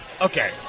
okay